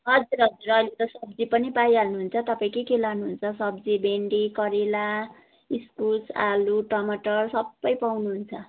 हजुर हजुर अहिले त सब्जी पनि पाइहाल्नु हुन्छ तपाईँ के के लानुहुन्छ सब्जी भिन्डी करेला इस्कुस आलु टमाटर सबै पाउनुहुन्छ